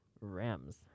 Rams